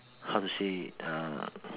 how to say uh